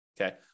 okay